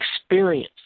experience